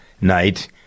Night